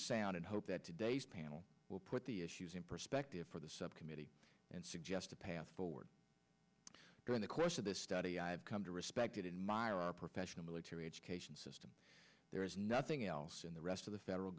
sound and hope that today's panel will put the issues in perspective for the subcommittee and suggest a path forward during the course of the study i've come to specked in my or our professional military education system there is nothing else in the rest of the federal